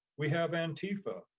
we have antifa,